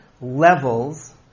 levels